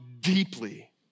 deeply